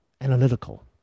analytical